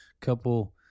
couple